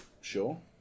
Sure